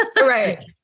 Right